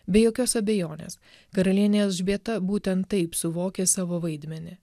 be jokios abejonės karalienė elžbieta būtent taip suvokė savo vaidmenį